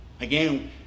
Again